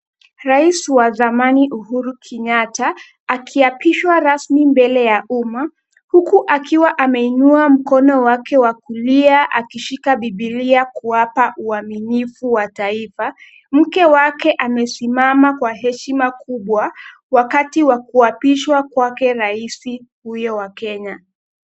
Rais wa zamani Uhuru Kenyatta akiapishwa rasmi mbele ya umma, huku akiwa ameinua mkono wake wa kulia akishika biblia kuapa uaminifu wa taifa. Mke wake amesimama kwa heshima kubwa, wakati wa kuapishwa kwake rais huyo wa Kenya.